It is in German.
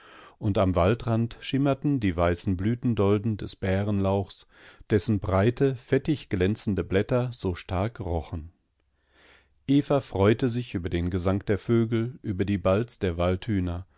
und am waldrand schimmerten die weißen blütendolden des bärenlauchs dessen breite fettig glänzende blätter so stark rochen eva freute sich über den gesang der vögel über die balz der